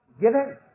given